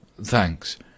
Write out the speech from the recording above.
Thanks